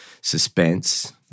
suspense